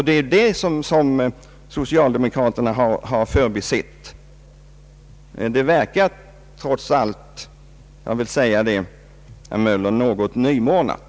Det är detta som socialdemokraterna har förbisett. Intresset verkar trots allt, herr Möller, något nymornat.